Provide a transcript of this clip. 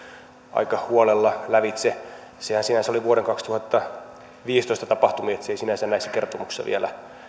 aika huolella lävitse sehän sinänsä oli vuoden kaksituhattaviisitoista tapahtumia niin että se ei sinänsä näissä kertomuksissa vielä